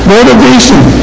Motivation